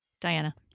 Diana